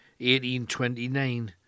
1829